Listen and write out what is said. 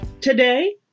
Today